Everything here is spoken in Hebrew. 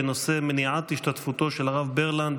בנושא: מניעת השתתפותו של הרב ברלנד